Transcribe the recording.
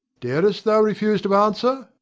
darest thou refuse to answer?